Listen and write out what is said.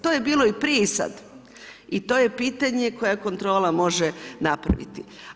To je bilo prije i sad i to je pitanje koje kontrola može napraviti.